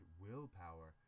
willpower